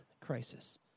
crisis